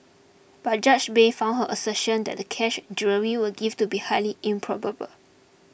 but Judge Bay found her assertion that the cash jewellery were gifts to be highly improbable